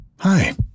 Hi